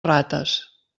rates